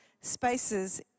spaces